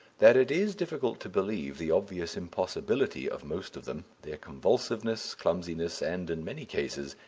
that it is difficult to believe the obvious impossibility of most of them their convulsiveness, clumsiness, and, in many cases,